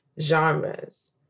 genres